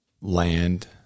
land